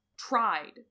tried